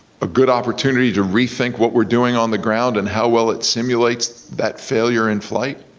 a good opportunity to rethink what we're doing on the ground and how well it simulates that failure in flight?